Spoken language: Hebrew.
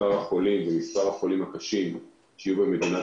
מספר החולים ומספר החולים הקשים שיהיו במדינת